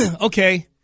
okay